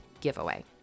giveaway